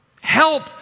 help